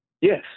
Yes